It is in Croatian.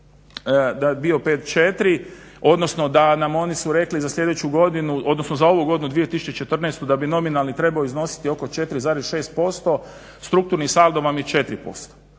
da je bio 5,4 odnosno da nam oni su rekli za sljedeću godinu, odnosno za ovu godinu 2014. da bi nominalni trebao iznositi oko 4,6%, strukturni saldo vam je 4%.